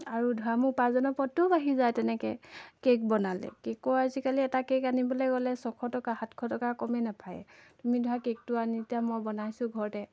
আৰু ধৰা মোৰ উপাৰ্জনৰ পথটোও বাঢ়ি যায় তেনেকৈ কেক বনালে কেকৰ আজিকালি এটা কেক আনিবলৈ গ'লে ছশ টকা সাতশ টকা কমে নাপায়ে তুমি ধৰা কেকটো আনি এতিয়া মই বনাইছোঁ ঘৰতে